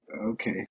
Okay